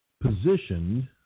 positioned